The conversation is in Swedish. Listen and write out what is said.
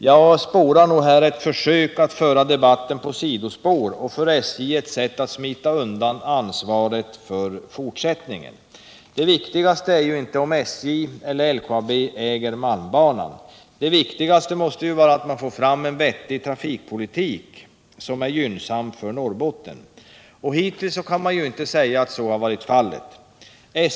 Jag spårar här ett försök att föra debatten på sidospår och för SJ ett sätt att smita undan ansvaret för fortsättningen. Det viktigaste är inte om SJ eller LKAB äger malmbanan. Det viktigaste måste vara att föra en vettig trafikpolitik som är gynnsam för Norrbotten. Hittills kan man inte säga att så har varit fallet.